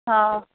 हा